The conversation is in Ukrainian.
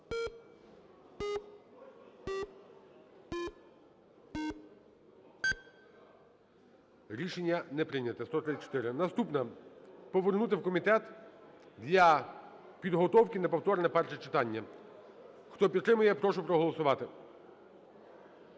Рішення не прийнято – 134. Наступна: повернути в комітет для підготовки на повторне перше читання. Хто підтримує, я прошу проголосувати.